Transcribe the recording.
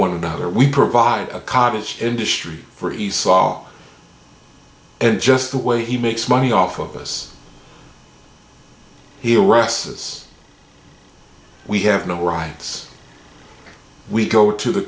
one another we provide a cottage industry for esau and just the way he makes money off of us he'll rest says we have no rights we go to the